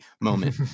moment